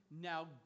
now